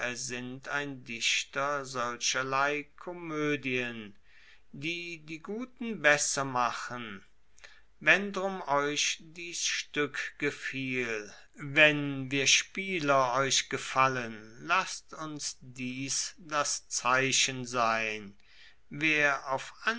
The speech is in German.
ersinnt ein dichter solcherlei komoedien die die guten besser machen wenn drum euch dies stueck gefiel wenn wir spieler euch gefallen lasst uns dies das zeichen sein wer auf